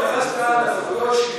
לא התייחסת לנקודות,